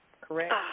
correct